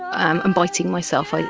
um and biting myself, ah